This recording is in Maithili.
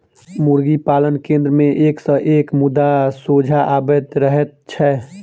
मुर्गी पालन केन्द्र मे एक सॅ एक मुद्दा सोझा अबैत रहैत छै